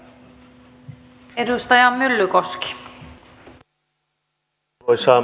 arvoisa rouva puhemies